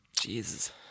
Jesus